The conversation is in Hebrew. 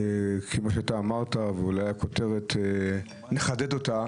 כמו שאמרת, ואולי נחדד את הכותרת,